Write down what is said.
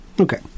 okay